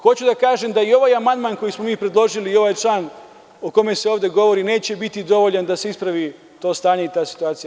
Hoću da kažem da i ovaj amandman koji smo mi predložili i ovaj član o kome se ovde govori, neće biti dovoljan da se ispravi to stanje i ta situacija.